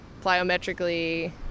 plyometrically